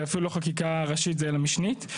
זה אפילו לא חקיקה ראשית אלא משנית.